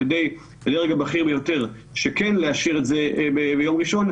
על ידי הדרג הבכיר ביותר שכן לאשר את זה ביום ראשון.